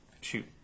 shoot